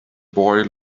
boy